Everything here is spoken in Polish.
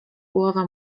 głowa